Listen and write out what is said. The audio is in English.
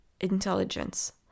intelligence